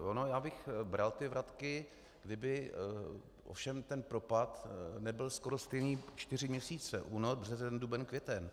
Já bych bral ty vratky, kdyby ovšem ten propad nebyl skoro stejný čtyři měsíce únor, březen, duben, květen.